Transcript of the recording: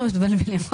אתם מתבלבלים שוב.